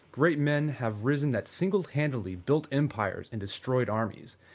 great men have risen that singlehandedly built empires and destroyed armies.